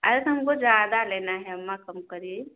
अरे तो हमको ज़्यादा लेना है अम्मा कम करिए